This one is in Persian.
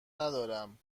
ندارم